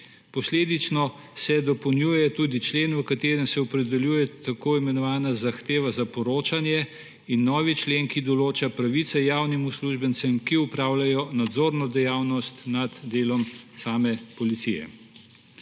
Posledično se dopolnjuje tudi člen, v katerem se opredeljuje tako imenovana zahteva za poročanje, in novi člen, ki določa pravice javnim uslužbencem, ki opravljajo nadzorno dejavnost nad delom same policije.